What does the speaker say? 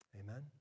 Amen